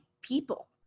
people